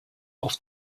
auf